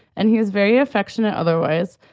and he is very affectionate otherwise.